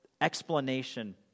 explanation